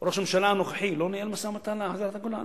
ראש הממשלה הנוכחי לא ניהל משא-ומתן להחזרת הגולן?